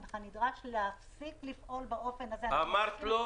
הנך נדרש להפסיק לפעול באופן הזה --- אמרת לי,